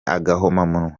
agahomamunwa